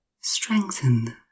strengthen